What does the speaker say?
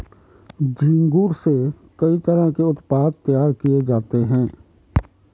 झींगुर से कई तरह के उत्पाद तैयार किये जाते है